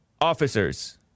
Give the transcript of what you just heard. officers